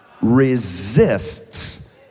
resists